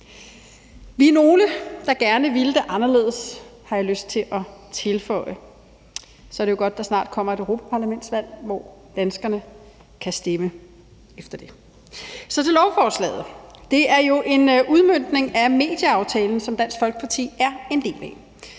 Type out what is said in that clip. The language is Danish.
Vi er nogle, der gerne ville det anderledes, har jeg lyst til at tilføje. Men så er det jo godt, at der snart kommer et europaparlamentsvalg, hvor danskerne kan stemme efter det. Så til lovforslaget. Det er jo en udmøntning af medieaftalen, som Dansk Folkeparti er en del af.